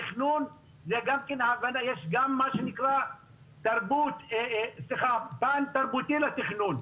תכנון זה גם כן יש מה שנקרא פן תרבותי לתכנון.